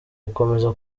gukomeza